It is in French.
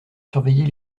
surveiller